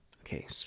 Okay